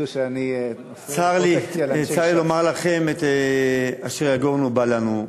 צר לי לומר לכם שאשר יגורנו בא לנו.